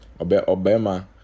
Obama